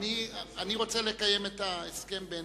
אני רוצה לקיים את ההסכם.